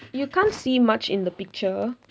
you can't see much in the picture